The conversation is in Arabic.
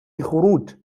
الخروج